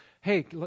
hey